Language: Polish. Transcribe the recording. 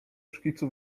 szkicu